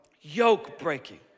Yoke-breaking